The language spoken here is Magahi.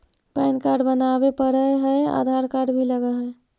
पैन कार्ड बनावे पडय है आधार कार्ड भी लगहै?